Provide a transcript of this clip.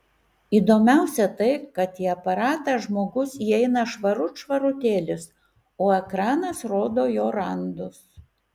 įdomiausia tai kad į aparatą žmogus įeina švarut švarutėlis o ekranas rodo jo randus